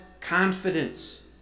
confidence